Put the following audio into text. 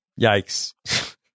Yikes